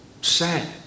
sad